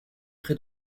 près